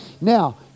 Now